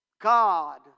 God